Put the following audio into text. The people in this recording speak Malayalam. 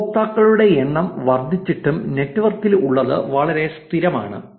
ഉപയോക്താക്കളുടെ എണ്ണം വർദ്ധിച്ചിട്ടും നെറ്റ്വർക്കിൽ ഉള്ളത് വളരെ സ്ഥിരമാണ്